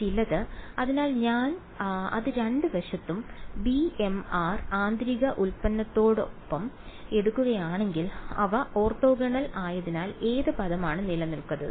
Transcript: ചിലത് അതിനാൽ ഞാൻ അത് രണ്ട് വശത്തും ബി എം ആർ ആന്തരിക ഉൽപ്പന്നത്തോടൊപ്പം എടുക്കുകയാണെങ്കിൽ അവ ഓർത്തോനോർമൽ ആയതിനാൽ ഏത് പദമാണ് നിലനിൽക്കുന്നത്